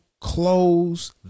Close